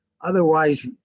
Otherwise